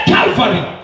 Calvary